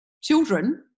children